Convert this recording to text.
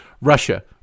Russia